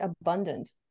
abundant